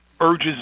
urges